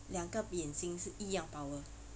两个眼睛是一样 power